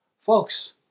Folks